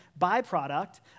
byproduct